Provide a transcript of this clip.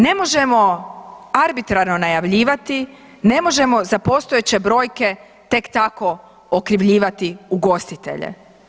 Ne možemo arbitrarno najavljivati, ne možemo za postojeće brojke tek tako okrivljivati ugostitelje.